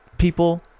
people